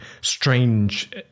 strange